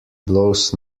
blows